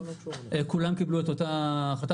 כולם קיבלו את אותה החלטה,